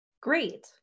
Great